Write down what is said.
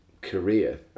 career